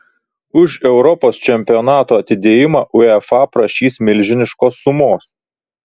už europos čempionato atidėjimą uefa prašys milžiniškos sumos